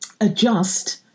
adjust